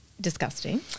disgusting